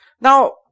Now